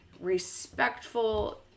Respectful